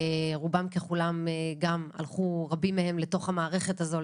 רובם ככולם גם הלכו לתוך המערכת הזו,